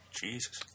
Jesus